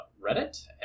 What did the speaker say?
Reddit